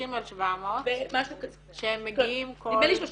30 על 700 שהם מגיעים כל -- נדמה לי 30,